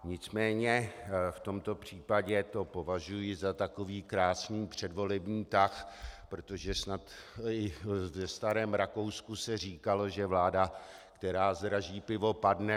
Nicméně v tomto případě to považuji za takový krásný předvolební tah, protože snad už ve starém Rakousku se říkalo, že vláda, která zdraží pivo, padne.